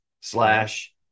slash